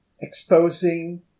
exposing